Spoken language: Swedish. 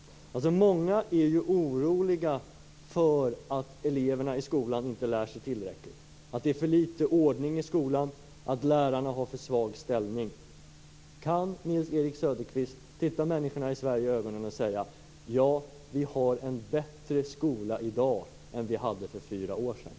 Många är oroliga för att eleverna i skolan inte lär sig tillräckligt, att det är för litet ordning i skolan, att lärarna har för svag ställning. Kan Nils-Erik Söderqvist titta människorna i Sverige i ögonen och säga: Ja, vi har en bättre skola i dag än vi hade för fyra år sedan?